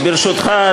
אז ברשותך,